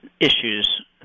issues